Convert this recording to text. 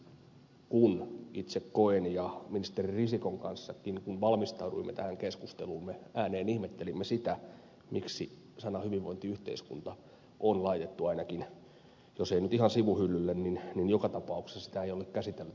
siksi itse koen niin ja kun ministeri risikon kanssakin valmistauduimme tähän keskusteluumme ääneen ihmettelimme sitä miksi sana hyvinvointiyhteiskunta on laitettu ainakin jos ei nyt ihan sivuhyllylle niin joka tapauksessa sitä ei ole käsitelty